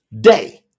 day